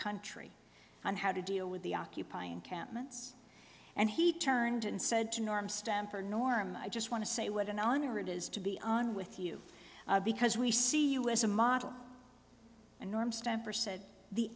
country on how to deal with the occupying camp ment's and he turned and said to norm stamper norm i just want to say what an honor it is to be on with you because we see you as a model and norm stamper said the